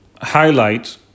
highlight